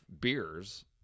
beers